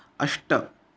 अष्ट